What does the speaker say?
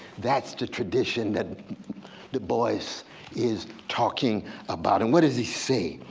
that's the tradition that du bois is is talking about, and what does he say.